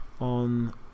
on